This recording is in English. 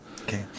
Okay